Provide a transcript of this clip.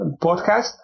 podcast